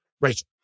Rachel